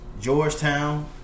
Georgetown